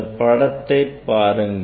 இந்த படத்தை பாருங்கள்